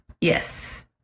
yes